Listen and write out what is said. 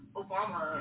obama